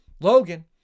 Logan